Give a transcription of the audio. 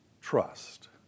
trust